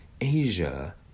Asia